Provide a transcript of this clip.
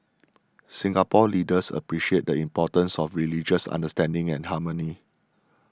Singapore leaders appreciate the importance of religious understanding and harmony